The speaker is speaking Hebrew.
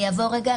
אני רוצה רגע.